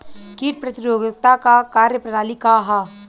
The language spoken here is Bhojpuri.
कीट प्रतिरोधकता क कार्य प्रणाली का ह?